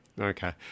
Okay